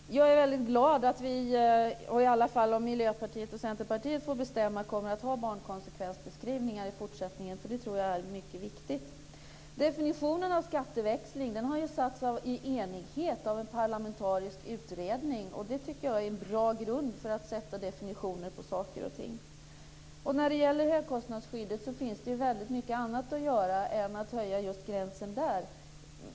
Herr talman! Jag är väldigt glad att vi i alla fall om Miljöpartiet och Centerpartiet får bestämma kommer att ha barnkonsekvensbeskrivningar i fortsättningen, för det tror jag är mycket viktigt. Definitionen av skatteväxling har gjorts i enighet av en parlamentarisk utredning. Det tycker jag är en bra grund för definitioner av saker och ting. När det gäller högkostnadsskyddet finns det väldigt mycket annat att göra än att just höja gränsen.